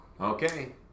Okay